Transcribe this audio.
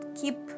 keep